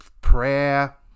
prayer